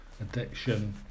addiction